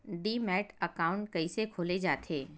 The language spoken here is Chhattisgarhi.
डीमैट अकाउंट कइसे खोले जाथे?